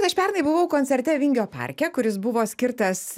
aš pernai buvau koncerte vingio parke kuris buvo skirtas